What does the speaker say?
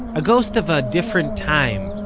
a ghost of a different time,